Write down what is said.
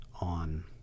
on